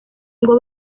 ngo